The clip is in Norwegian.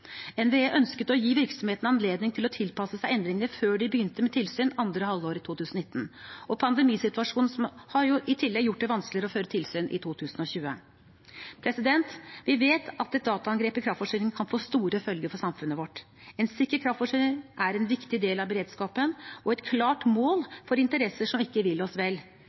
å tilpasse seg endringene før de begynte med tilsyn andre halvår i 2019. Pandemisituasjonen har i tillegg gjort det vanskeligere å føre tilsyn i 2020. Vi vet at et dataangrep i kraftforsyningen kan få store følger for samfunnet vårt. En sikker kraftforsyning er en viktig del av beredskapen, og er et klart mål for interesser som ikke vil oss vel.